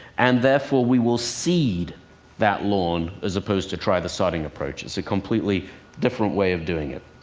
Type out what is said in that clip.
and therefore we will seed that lawn, as opposed to try the sodding approach. it's a completely different way of doing it.